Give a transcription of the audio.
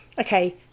okay